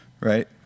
Right